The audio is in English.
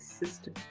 system